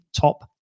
top